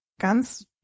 ganz